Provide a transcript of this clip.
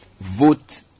vote